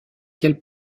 quel